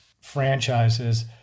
franchises